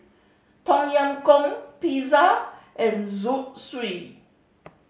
Tom Yam Goong Pizza and Zosui